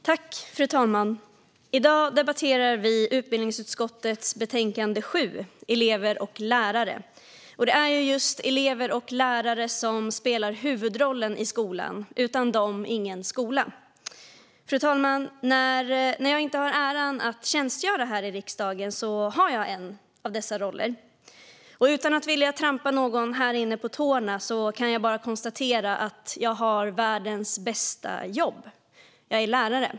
Fru talman! I dag debatterar vi utbildningsutskottets betänkande 7 Elever och lärare . Och det är just elever och lärare som spelar huvudrollen i skolan - utan dem, ingen skola. När jag inte har äran att tjänstgöra här i riksdagen har jag en av dessa roller. Och utan att vilja trampa någon här inne på tårna kan jag bara konstatera att jag har världens bästa jobb: Jag är lärare.